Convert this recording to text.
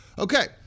Okay